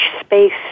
space